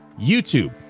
YouTube